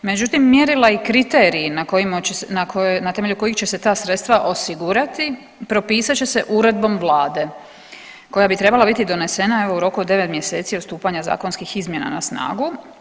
Međutim, mjerila i kriteriji na temelju kojih će se ta sredstva osigurati propisat će se uredbom Vlade koja bi trebala biti donesena evo u roku od 9 mjeseci od stupanja zakonskih izmjena na snagu.